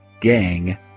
gang